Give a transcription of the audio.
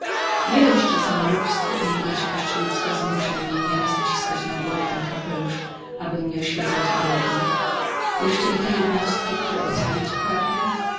przynoszę niedość że samolubstwo i niegodziwość ludzka zmusza mnie nieraz wciskać na głowę ten kapelusz abym nie oświecał zbrodni jeszcze i te jednostki które ocalić pragnę